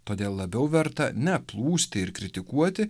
todėl labiau verta ne plūsti ir kritikuoti